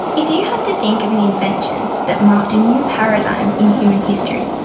if you had to think of an invention that marked a new paradigm in human history,